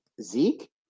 Zeke